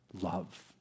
love